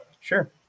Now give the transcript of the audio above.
Sure